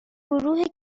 گروه